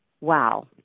wow